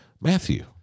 Matthew